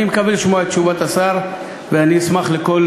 אני מקווה לשמוע את תשובת השר ואני אשמח לכל